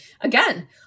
again